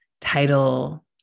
title